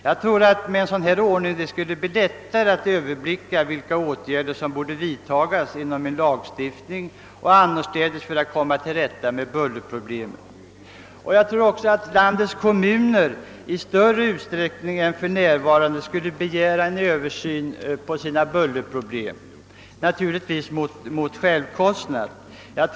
Jag tror att det med en sådan ordning skulle bli lättare att överblicka vilka åtgärder som borde vidtagas genom lagstiftning och på annat sätt för att komma till rätta med bullerproblemen. Enligt min mening borde också landets kommuner i större utsträckning än för närvarande begära en översyn av sina bullerproblem, naturligtvis mot självkostnad.